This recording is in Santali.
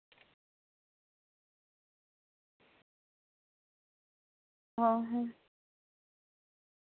ᱚ ᱦᱮᱸ